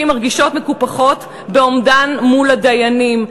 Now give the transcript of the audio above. מרגישות מקופחות בעומדן מול הדיינים,